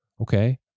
Okay